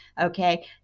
Okay